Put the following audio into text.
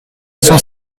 cent